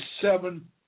seven